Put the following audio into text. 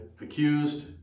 accused